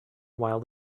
while